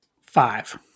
Five